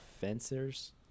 Fencers